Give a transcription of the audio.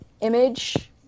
image